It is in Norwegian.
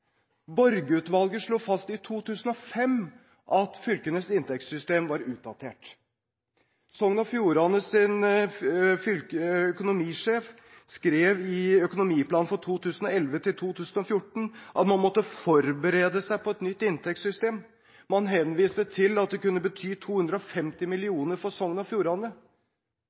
slo fast i 2005 at fylkenes inntektssystem var utdatert. Sogn og Fjordanes økonomisjef skrev i fylkets økonomiplan for 2011–2014 at man måtte forberede seg på et nytt inntektssystem. Man henviste til at det kunne bety 250 mill. kr for Sogn og Fjordane.